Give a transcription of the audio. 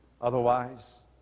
otherwise